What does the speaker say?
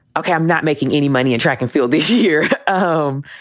ok, i'm not making any money in track and field this year home.